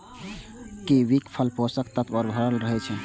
कीवीक फल पोषक तत्व सं भरल रहै छै